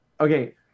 okay